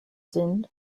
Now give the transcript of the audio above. sind